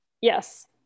yes